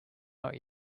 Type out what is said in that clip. not